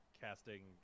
casting